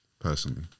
personally